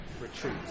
retreat